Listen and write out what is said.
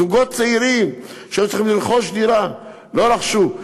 זוגות צעירים שהיו צריכים לרכוש דירה לא רכשו.